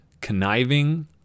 conniving